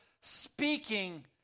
speaking